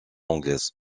anglaise